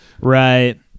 Right